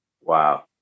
Wow